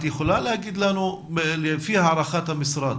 את יכולה להגיד לנו לפי הערכת המשרד,